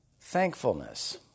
thankfulness